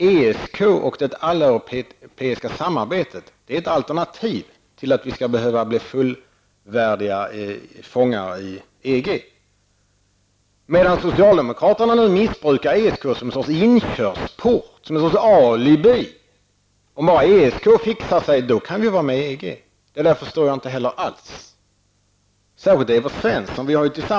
ESK och det alleuropeiska samarbetet är ett alternativ till att vi skall behöva bli fullvärdiga fångar i EG. Socialdemokraterna missbrukar nu ESK som någon sorts inkörsport, som något sorts alibi. Bara ESK fixar sig kan vi vara med i EG. Det förstår jag inte alls, särskilt inte Evert Svenssons deltagande i detta.